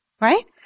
Right